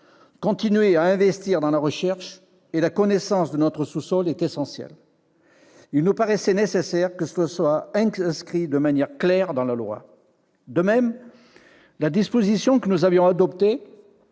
Continuer à investir dans la recherche et la connaissance de notre sous-sol est essentiel. Il nous paraissait nécessaire que cela soit inscrit clairement dans la loi. De même, la disposition que nous avions adoptée